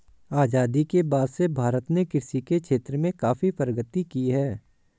आजादी के बाद से भारत ने कृषि के क्षेत्र में काफी प्रगति की है